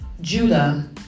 Judah